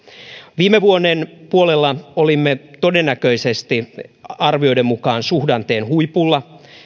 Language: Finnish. viime vuoden puolella olimme todennäköisesti arvioiden mukaan suhdanteen huipulla